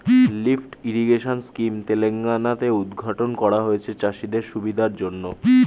lift irrigation scheme Telangana তে উদ্ঘাটন করা হয়েছে চাষিদের সুবিধার জন্যে